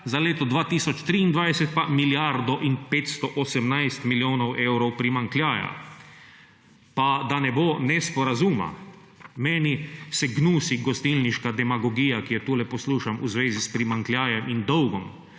za leto 2023 pa milijardo in 518 milijonov evrov primanjkljaja. Pa da ne bo nesporazuma, meni se gnusi gostilniška demagogija, ki jo tule poslušam v zvezi s primanjkljajem in dolgom.